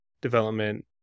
development